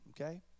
Okay